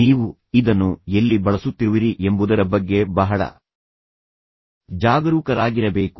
ನೀವು ಇದನ್ನು ಎಲ್ಲಿ ಬಳಸುತ್ತಿರುವಿರಿ ಎಂಬುದರ ಬಗ್ಗೆ ಬಹಳ ಜಾಗರೂಕರಾಗಿರಬೇಕು